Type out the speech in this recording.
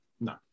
No